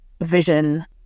vision